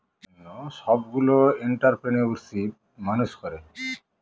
মহিলা সমানাধিকারের জন্য সবগুলো এন্ট্ররপ্রেনিউরশিপ মানুষ করে